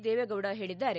ದೇವೇಗೌಡ ಹೇಳಿದ್ದಾರೆ